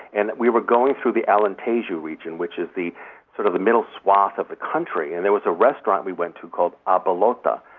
and we were going through the alentejo region, which is the sort of the middle swath of the country. and there was a restaurant we went to called a bolota,